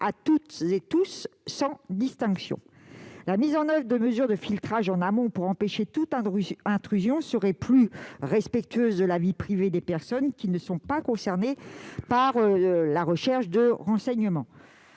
à tout type d'individu, sans distinctions. La mise en oeuvre de mesures de filtrage en amont pour empêcher toute intrusion serait plus respectueuse de la vie privée des personnes qui ne sont pas visées par la recherche de renseignements.